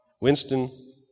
Winston